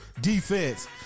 defense